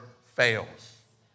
fails